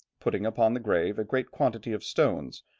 putting upon the grave a great quantity of stones,